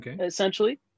essentially